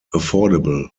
affordable